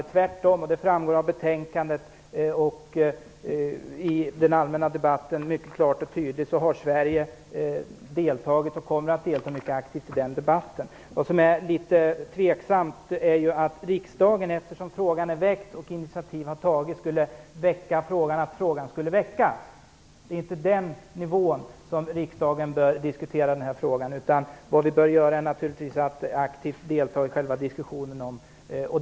Som det mycket klart och tydligt framgår av betänkandet och i den allmänna debatten, har Sverige tvärtom deltagit och kommer att delta mycket aktivt i denna debatt. Vad som är litet tveksamt är om riksdagen, eftersom frågan är väckt och initiativ taget, skall väcka frågan om att frågan skall väckas. Det är inte på den nivån riksdagen bör diskutera frågan. I stället bör vi naturligtvis aktivt delta i själva diskussionen.